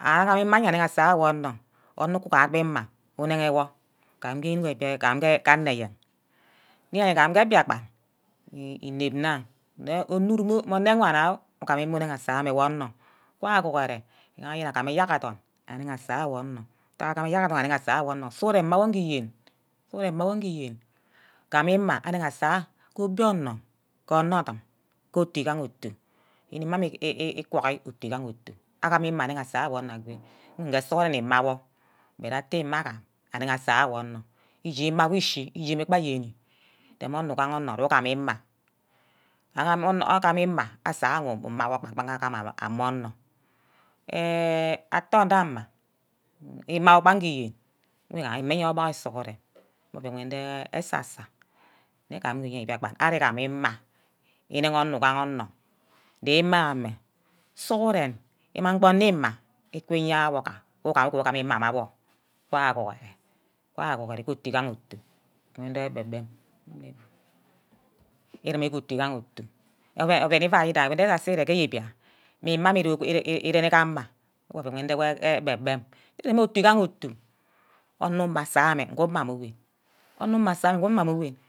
agama ima aneghe asawor onor, onor ugem gbe ima uneghe owor, igam ghe anor eyen, yene igam nge mbiakpan inep nna nne mme onurum o mme ene-wana o igeme munu asa mme mme- onor, wa aguhure igaha agame eyerk odorn aneghe asage onor, ntag agame eyerk adorn aneghe asa mme onor, sughuren mma wor ngi yene, sughuren mma awor ngi yene gama ima anege asawor ke obio-onor, ke onor-dum, ke oti igaha oti, inimhe ame gwagi ke otigaha oti, agame ima anighe esa wor mme nge sughuren ima wor but atte ima agam anege asa wor onor ishi-ima gu ishi ijeme kpa ayene rem onor ishi-ima gu ishi ijeme kpa ayene rem onor ugaha onor ugameh ima agam ima asor wor umo gbege ama onor eh ette onor amah ima gba nge iyen mege obuk sughuren mme oven nde asa-sa ke eyen mbiakpan ari gama ima inege onor ugaha onor dime gameh sughuren imang gba onor ima iki yourho-wor, wor ugam ima mme awor. wa aguhure otu igaha otu kebbe nde ebe-bem, irem ke igaha otu oven ivai owi dahi ke ese-sa ire ke eyiba mme ima mmirene ke ama gu oven ndiwor ke egbe-bem ireme, otu igaha otu onor uma asameh gumaha owen. onu uma asameh gu mama enwe.